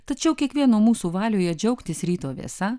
tačiau kiekvieno mūsų valioje džiaugtis ryto vėsa